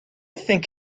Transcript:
think